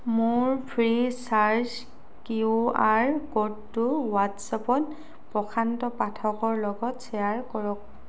মোৰ Freecharge Q R ক'ডটো হোৱাট্ছএপত প্ৰশান্ত পাঠকৰ লগত শ্বেয়াৰ কৰক